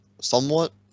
somewhat